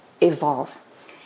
evolve